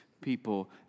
people